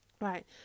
right